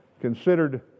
considered